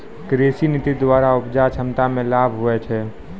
कृषि नीति द्वरा उपजा क्षमता मे लाभ हुवै छै